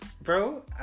Bro